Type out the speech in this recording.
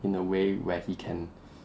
in a way where he can